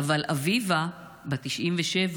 אבל אביבה, בת 97,